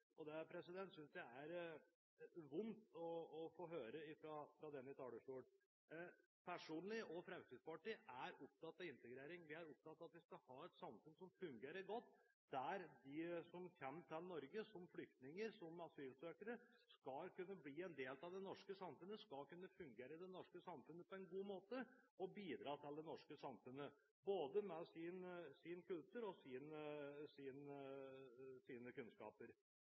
Det synes jeg er vondt å få høre fra denne talerstolen. Jeg personlig, og Fremskrittspartiet, er opptatt av integrering. Vi er opptatt av at vi skal ha et samfunn som fungerer godt, der de som kommer til Norge som flyktninger og asylsøkere skal kunne bli en del av det norske samfunnet og fungere i det norske samfunnet på en god måte – og bidra i det norske samfunnet, både med sin kultur og sine kunnskaper.